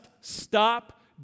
stop